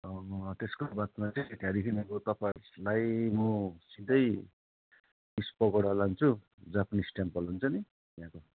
त्यसको बादमा चाहिँ त्यहाँदेखि अब तपाईँहरूलाई म सिधै बिचकोबाट लान्छु जापानिस टेम्पल हुन्छ नि त्यहाँको